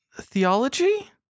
theology